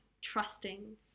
trusting